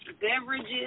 beverages